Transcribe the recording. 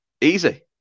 Easy